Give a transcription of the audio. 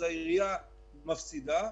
העירייה מפסידה,